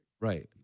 Right